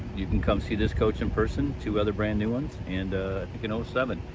you can come see this coach in person, two other brand new ones and ah you can ah seven,